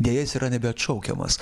deja jis yra nebeatšaukiamas